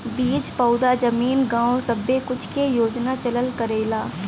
बीज पउधा जमीन गाव सब्बे कुछ के योजना चलल करेला